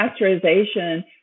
pasteurization